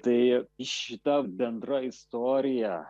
tai šita bendra istorija